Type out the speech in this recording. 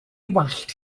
wallt